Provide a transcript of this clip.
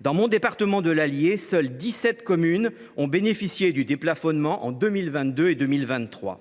Dans mon département de l’Allier, seules dix sept communes ont bénéficié du déplafonnement en 2022 et en 2023.